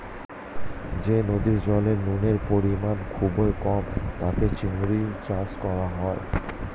যে নদীর জলে নুনের পরিমাণ খুবই কম তাতে চিংড়ির চাষ করা হয়